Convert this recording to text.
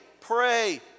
pray